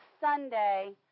Sunday